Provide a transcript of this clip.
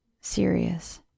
serious